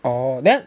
orh then